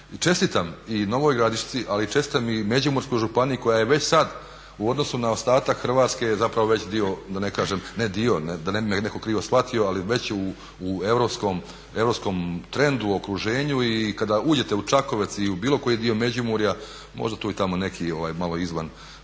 čestitam i Novoj Gradišci ali čestitam i Međimurskoj županiji koja je već sad u odnosu na ostatak Hrvatske je zapravo već dio da ne kažem, ne dio da ne bi me netko krivo shvatio, ali već u europskom trendu, okruženju. I kada uđete u Čakovec i u bilo koji dio Međimurja možda tu i tamo neki malo izvan Preloga